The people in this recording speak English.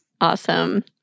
Awesome